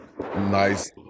nice